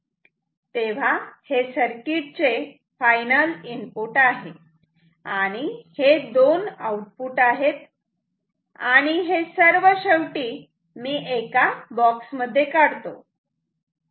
तेव्हा हे सर्किटचे चे फायनल इनपुट आहे आणि हे दोन आउटपुट आहेत आणि हे सर्व शेवटी मी एका बॉक्स मध्ये काढतो